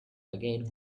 again